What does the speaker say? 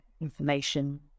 information